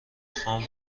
خان